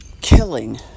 killing